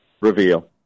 reveal